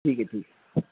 ठीक आहे ठीक आहे